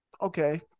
Okay